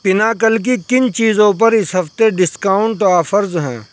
Pinnacle کی کن چیزوں پر اس ہفتے ڈسکاؤنٹ آفرز ہیں